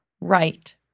right